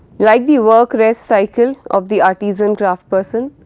like the work rest cycle of the artisan craft person,